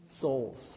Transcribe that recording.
souls